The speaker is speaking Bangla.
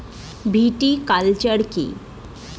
ভিটিকালচার কী?